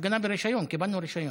זו הייתה הפגנה ברישיון, קיבלנו רישיון,